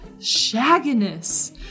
shagginess